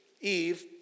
Eve